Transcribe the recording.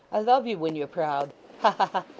i love you when you're proud. ha ha